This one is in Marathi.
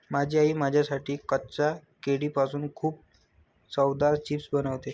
माझी आई माझ्यासाठी कच्च्या केळीपासून खूप चवदार चिप्स बनवते